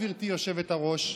גברתי היושבת-ראש,